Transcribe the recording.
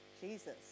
Jesus